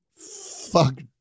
fuck